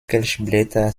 kelchblätter